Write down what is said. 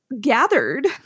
gathered